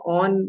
on